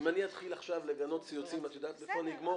אם אני עכשיו אתחיל לגנות ציוצים את יודעת איפה אני אגמור?